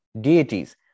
deities